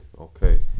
okay